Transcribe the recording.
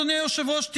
אדוני היושב-ראש,